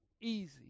easy